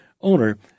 owner